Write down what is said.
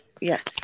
yes